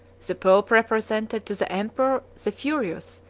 the pope represented to the emperor the furious,